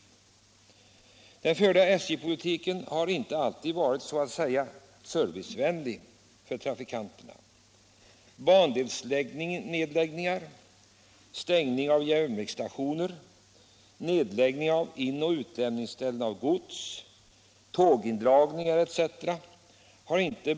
Den förda SJ-politiken har inte alltid varit så att säga servicevänlig för trafikanterna. Bandelsnedläggningar, stängning av järnvägsstationer, nedläggning av in och utlämningsställen för gods, tågindragningar etc.